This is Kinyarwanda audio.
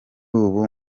ubu